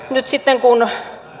nyt sitten kun